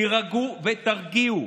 תירגעו ותרגיעו.